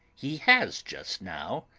he has just now,